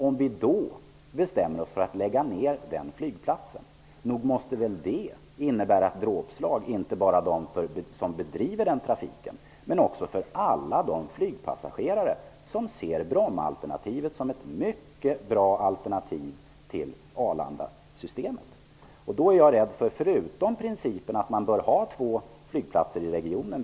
Om vi beslutar oss för att lägga ned denna flygplats, måste väl det innebära ett dråpslag, inte bara för dem som bedriver trafiken utan också för alla de flygpassagerare som ser Bromma som ett mycket bra alternativ till Arlanda? Jag tror att vi alla egentligen är överens om principen att man bör ha två flygplatser i regionen.